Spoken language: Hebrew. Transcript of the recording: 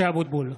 (קורא בשמות חברי הכנסת) משה אבוטבול,